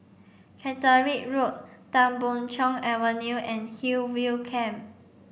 Caterick Road Tan Boon Chong Avenue and Hillview Camp